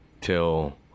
Till